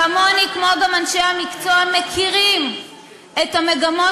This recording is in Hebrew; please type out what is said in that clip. כמוני גם אנשי המקצוע מכירים את המגמות